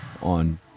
on